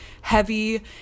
heavy